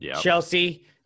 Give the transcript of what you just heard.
Chelsea